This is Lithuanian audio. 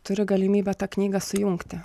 turi galimybę tą knygą sujungti